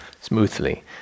smoothly